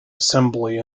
assembly